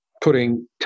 putting